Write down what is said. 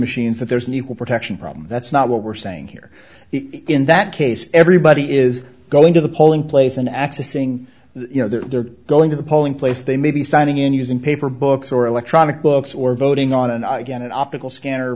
machines that there's an equal protection problem that's not what we're saying here in that case everybody is going to the polling place and accessing you know they're going to the polling place they may be signing in using paper books or electronic books or voting on an i get an optical scanner